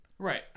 Right